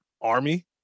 army